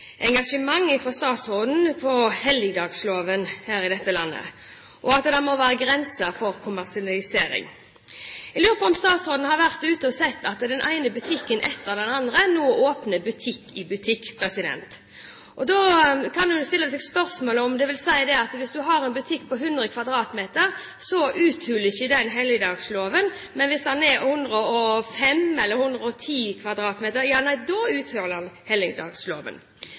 engasjement fra statsråden med hensyn til helligdagsfredloven her i dette landet, og at det må være grenser for kommersialisering. Jeg lurer på om statsråden har vært ute og sett at den ene butikken etter den andre nå åpner butikk-i-butikk. Da kan en jo stille seg spørsmålet om det vil si at hvis du har en butikk på 100 m2, uthuler ikke den helligdagsfredloven, men hvis den er 105 eller 110 m2, da